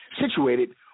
situated